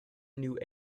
new